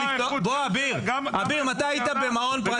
------ אביר, מתי היית במעון פרטי?